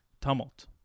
Tumult